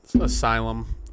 asylum